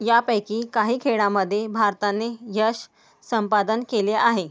यापैकी काही खेळामधे भारताने यश संपादन केले आहे